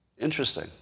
Interesting